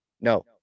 no